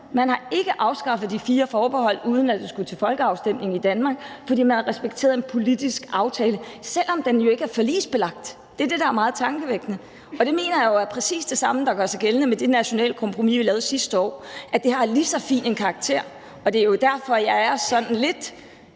Man har ikke afskaffet de fire forbehold, uden at det skulle til folkeafstemning i Danmark, fordi man har respekteret en politisk aftale, selv om den jo ikke er forligsbelagt. Det er det, der er meget tankevækkende, og det mener jeg jo er præcis det samme, der gør sig gældende med det her nationale kompromis, vi lavede sidste år, altså at det har lige så fin en karakter. Og det er jo derfor, jeg er sådan lidt